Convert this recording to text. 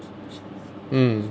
mm